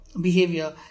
behavior